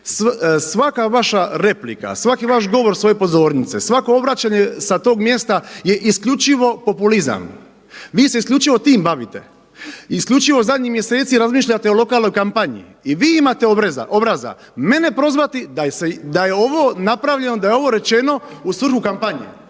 Svaka vaša replika, svaki vaš govor sa ove pozornice, svako obraćanje sa tog mjesta je isključivo populizam. Vi se isljučivo time bavite. Isključivo zadnjih mjeseci razmišljate o lokalnoj kampanji. I vi imate obraza mene prozvati da je ovo napravljeno, da je ovo rečeno u svrhu kampanje.